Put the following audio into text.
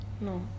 No